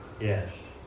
Yes